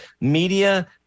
media